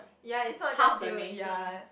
ya is not just you ya